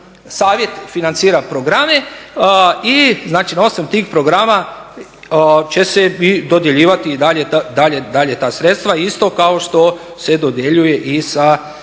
Savjet financiran programe i znači, osim tih programa će se dodjeljivati i dalje ta sredstva isto kao što se dodjeljuje i sa